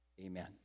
Amen